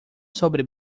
sobre